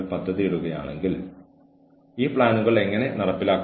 അത് അവർ ചെയ്യുന്നതെന്തിലും അവരുടെ താൽപ്പര്യം നിലനിർത്തുന്നു